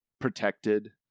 protected